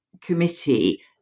committee